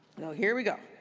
you know here we go.